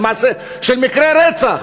של מקרי רצח,